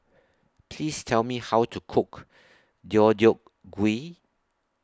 Please Tell Me How to Cook Deodeok Gui